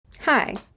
Hi